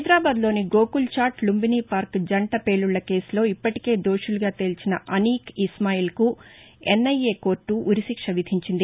హైదరాబాద్ లోని గోకుల్చాట్ లుంబినీ పార్సు జంట పేలుళ్ల కేసులో ఇప్పటికే దోషులుగా తేల్చిన అనీఖ్ ఇస్మాయిల్కు ఎన్ఐఏ కోర్లు ఉరిశిక్ష విధించింది